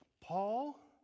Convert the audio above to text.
Paul